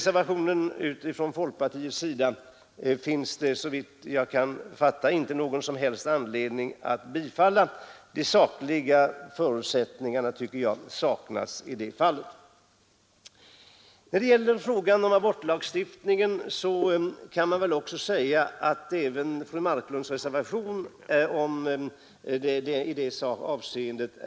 Såvitt jag fattar finns det ingen som helst anledning att bifalla folkpartiets reservation. De sakliga förutsättningarna för det saknas helt. Vad abortlagstiftningen angår kan man väl också säga att fru Marklunds reservation är överflödig.